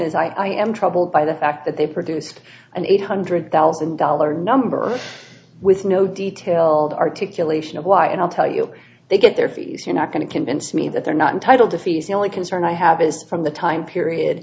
is i am troubled by the fact that they produced an eight hundred thousand dollar number with no detail articulation of why and i'll tell you they get their fees you're not going to convince me that they're not entitled to fees the only concern i have is from the time period